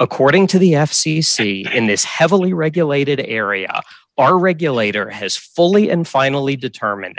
according to the f c c in this heavily regulated area our regulator has fully and finally determine